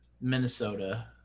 minnesota